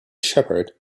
shepherd